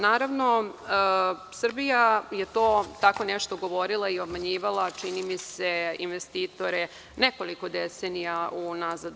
Naravno, Srbija je to tako nešto govorila i obmanjivala, čini mi se, investitore nekoliko decenija unazad.